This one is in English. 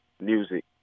music